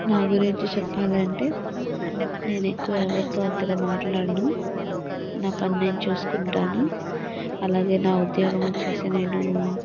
నా గురించి చెప్పాలంటే నేను ఎక్కువ ఎవరితో అంతగా మాట్లాడను నా పని నేను చూసుకుంటాను అలాగే నా ఉద్యోగం వచ్చేసి నేను